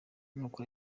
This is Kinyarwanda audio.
nuko